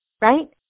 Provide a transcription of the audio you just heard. Right